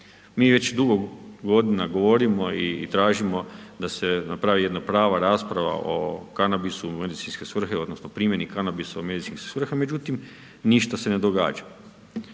Mi već dugo godina govorimo i tražimo da se napravi jedna prava rasprava o kanabisu u medicinske svrhe, odnosno primjene kanabise u medicinske svrhe, međutim, ništa se ne događa.